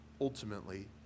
ultimately